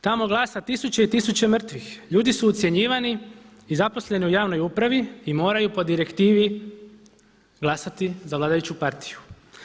Tamo glasa tisuće i tisuće mrtvih, ljudi su ucjenjivani i zaposleni u javnoj upravi i moraju po direktivi glasati za vladajuću partiju.